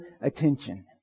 attention